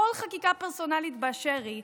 כל חקיקה פרסונלית באשר היא,